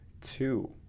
two